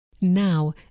Now